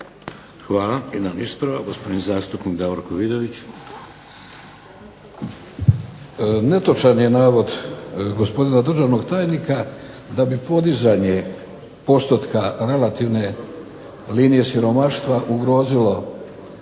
Hvala. Jedan ispravak, gospodin zastupnik Davorko Vidović. **Vidović, Davorko (SDP)** Netočan je navod gospodina državnog tajnika da bi podizanje postotka relativne linije siromaštva ugrozilo